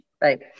Right